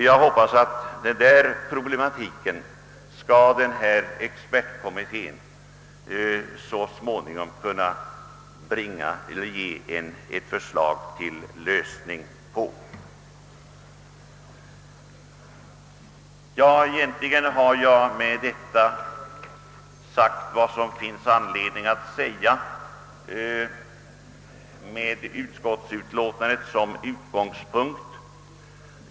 Jag hoppas att expertkommittén så småningom skall kunna ge ett förslag till lösning av denna problematik. Egentligen har jag med utskottets ut låtande som utgångspunkt nu sagt vad jag avsett att säga.